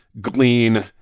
glean